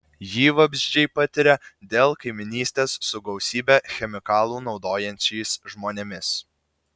jį vabzdžiai patiria dėl kaimynystės su gausybę chemikalų naudojančiais žmonėmis